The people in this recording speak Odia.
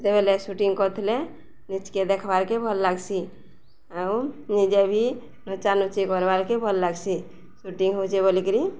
ଯେବେଲେ ସୁଟିଙ୍ଗ କରିଥିଲେ ନିଜକେ ଦେଖ୍ବାର୍କେ ଭଲ୍ ଲାଗ୍ସି ଆଉ ନିଜେ ବି ନଚାନୁଚି କର୍ବାର୍କେ ଭଲ୍ ଲାଗ୍ସି ସୁଟିଙ୍ଗ ହଉଚେ ବୋଲିକିରି